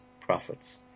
prophets